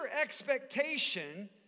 expectation